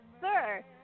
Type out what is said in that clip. sir